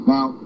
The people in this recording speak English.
Now